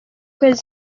kwezi